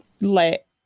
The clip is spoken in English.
let